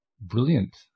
brilliant